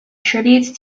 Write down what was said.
tribute